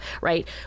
right